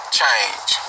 change